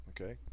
Okay